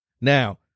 Now